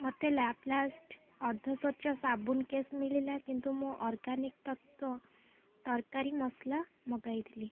ମୋତେ ଲ୍ୟାପ୍ଲାଷ୍ଟ୍ ଅର୍ଦ୍ଧସ୍ୱଚ୍ଛ ସାବୁନ୍ କେସ୍ ମିଳିଲା କିନ୍ତୁ ମୁଁ ଅର୍ଗାନିକ୍ ତତ୍ତ୍ଵ ତରକାରୀ ମସଲା ମଗାଇଥିଲି